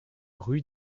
rue